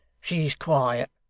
she's quiet.